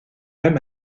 même